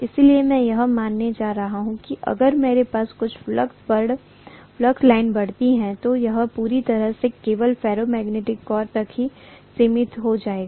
इसलिए मैं यह मानने जा रहा हूं कि अगर मेरे पास कुछ फ्लक्स लाइन बहती है तो यह पूरी तरह से केवल फेरोमैग्नेटिक कोर तक ही सीमित हो जाएगा